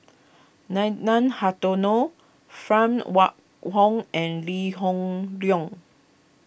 Nathan Hartono Phan Wait Hong and Lee Hoon Leong